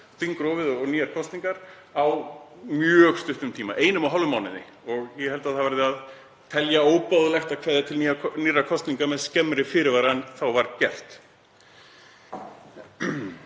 og boðað til nýrra kosninga á mjög stuttum tíma, á einum og hálfum mánuði. Ég held að það verði að telja óboðlegt að kveðja til nýrra kosninga með skemmri fyrirvara en þá var gert.